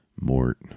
Mort